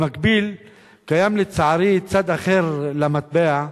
במקביל קיים, לצערי, צד אחר למטבע,